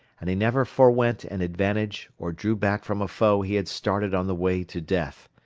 and he never forewent an advantage or drew back from a foe he had started on the way to death.